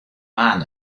man